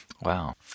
Wow